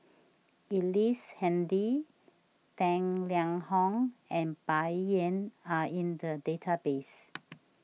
Ellice Handy Tang Liang Hong and Bai Yan are in the database